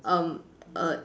um err